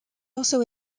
also